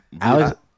Alex